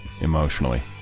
emotionally